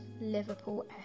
Liverpool